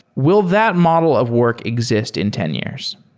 will that model of work exist in ten years?